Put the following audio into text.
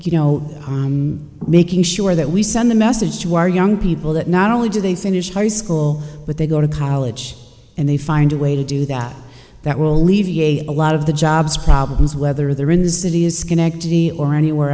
you know making sure that we send a message to our young people that not only do they finish high school but they go to college and they find a way to do that that will leave e a a lot of the jobs problems whether they're in the city as schenectady or anywhere